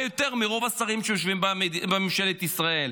יותר מרוב השרים שיושבים בממשלת ישראל.